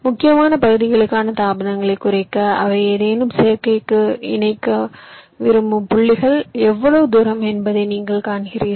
முக்கியமான பகுதிகளுக்கான தாமதங்களைக் குறைக்க அவை ஏதேனும் சேர்க்கைக்கு இணைக்க விரும்பும் புள்ளிகள் எவ்வளவு தூரம் என்பதை நீங்கள் காண்கிறீர்கள்